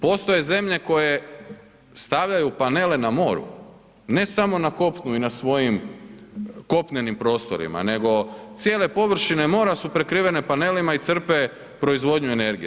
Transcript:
Postoje zemlje koje stavljaju panele na moru, ne samo na kopnu i na svojim kopnenim prostorima, nego cijele površine mora su prekrivene panelima i crpe proizvodnju energije.